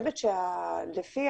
לפי